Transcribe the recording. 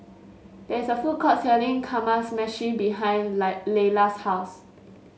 there is a food court selling Kamameshi behind Lie Laylah's house